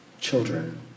Children